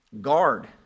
guard